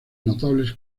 notables